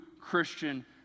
Christian